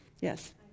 Yes